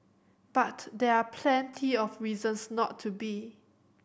but there are plenty of reasons not to be